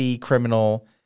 criminal